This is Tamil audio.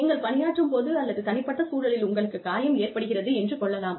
நீங்கள் பணியாற்றும் போது அல்லது தனிப்பட்ட சூழலில் உங்களுக்குக் காயம் ஏற்படுகிறது என்று கொள்ளலாம்